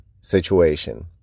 situation